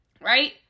Right